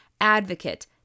advocate